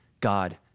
God